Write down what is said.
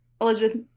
Elizabeth